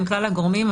עם כלל הגורמים,